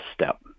step